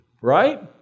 Right